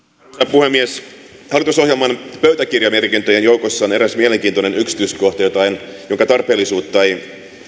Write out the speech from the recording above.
puhemies hallitusohjelman pöytäkirjamerkintöjen joukossa on eräs mielenkiintoinen yksityiskohta jonka tarpeellisuutta ei